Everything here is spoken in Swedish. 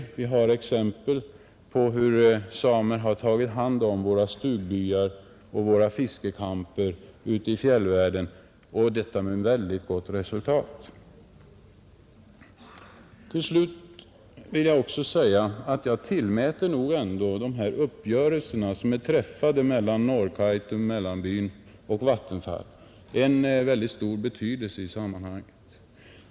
Det finns exempel på hur samer har tagit hand om våra stugbyar och fiskeläger ute i fjällvärlden och det med mycket gott resultat. Jag vill också säga att jag ändå tillmäter de uppgörelser som är träffade mellan Norrkaitum, Mellanbyn och Vattenfall mycket stor betydelse i sammanhanget.